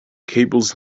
cables